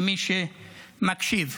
למי שמקשיב.